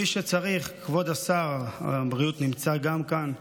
כבוד שר הבריאות גם נמצא כאן.